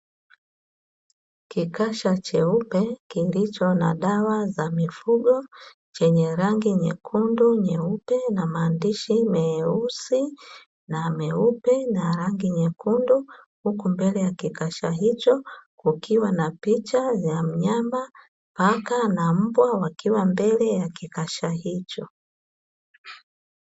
Kikasha cheupe kilicho na dawa za mifugo, chenye rangi nyekundu, nyeupe na maandishi meusi na meupe na rangi nyekundu, huku mbele ya kikasha hicho kukiwa na picha ya mnyama mpaka, na mbwa, wakiwa mbele ya kikasha hicho.